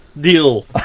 deal